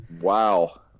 Wow